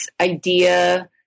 idea